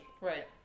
Right